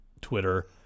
Twitter